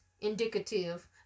indicative